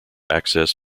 access